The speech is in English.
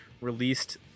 released